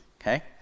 Okay